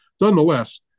Nonetheless